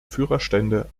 führerstände